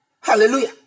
hallelujah